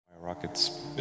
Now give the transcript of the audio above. Rockets